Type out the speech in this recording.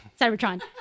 Cybertron